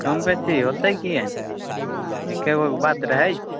कम बेसी होतै किए नहि एकै गोके बात रहै छै